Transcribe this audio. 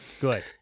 Good